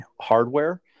hardware